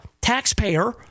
taxpayer